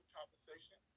compensation